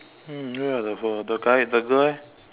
hmm where are the the guy the girl eh